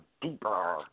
deeper